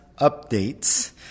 updates